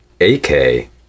a-k